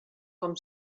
com